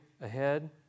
ahead